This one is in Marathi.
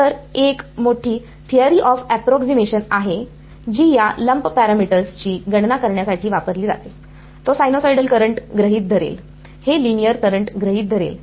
तर एक मोठी थेअरी ऑफ एप्रॉक्सीमेशन आहे जी या लंप पॅरामीटर्स ची गणना करण्यासाठी वापरली जाते ती साइनसॉइडल करंट गृहीत धरेल हे लिनियर करंट गृहित धरेल